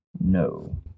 No